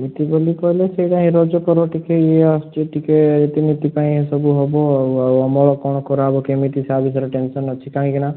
ଏଇଠି ବୋଲି କହିଲି ସେଇଟା ରଜପର୍ବ ଟିକିଏ ଇଏ ଆସୁଛି ଟିକିଏ ସବୁ ହେବ ଆଉ ଅମଳ କଣ କରାହେବ କେମିତି ତା ବିଷୟରେ ଟେନସନ୍ ଅଛି କରାହେବ